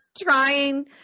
trying